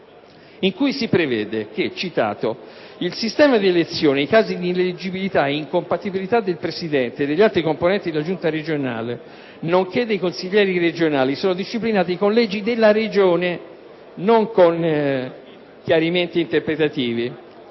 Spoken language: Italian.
in cui si prevede: «Il sistema d'elezione e i casi di ineleggibilità e di incompatibilità del Presidente e degli altri componenti della Giunta regionale nonché dei consiglieri regionali sono disciplinati con legge della Regione» - non con provvedimenti interpretativi